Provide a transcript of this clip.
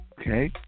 Okay